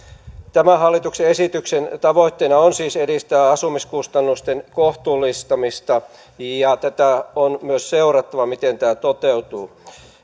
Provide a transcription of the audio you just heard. tämän hallituksen esityksen tavoitteena on siis edistää asumiskustannusten kohtuullistamista tätä on myös seurattava miten tämä toteutuu